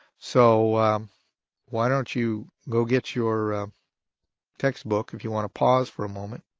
so why don't you go get your textbook if you want to pause for a moment,